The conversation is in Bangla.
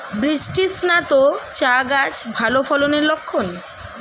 বৃষ্টিস্নাত চা গাছ ভালো ফলনের লক্ষন